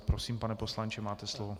Prosím, pane poslanče, máte slovo.